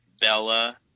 Bella